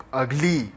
ugly